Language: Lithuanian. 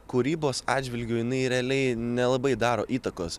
kūrybos atžvilgiu jinai realiai nelabai daro įtakos